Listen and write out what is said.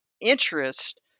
interest